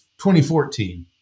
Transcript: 2014